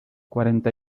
cuarenta